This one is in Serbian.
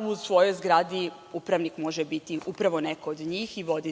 u svojoj zgradi. Upravnik može biti upravo neko od njih i voditi održavanje